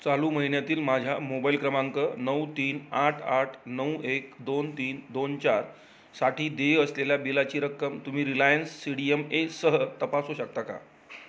चालू महिन्यातील माझ्या मोबाईल क्रमांक नऊ तीन आठ आठ नऊ एक दोन तीन दोन चार साठी देय असलेल्या बिलाची रक्कम तुम्ही Reliance C D M A सह तपासू शकता का